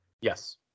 Yes